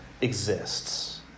exists